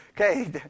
Okay